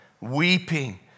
weeping